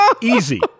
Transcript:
easy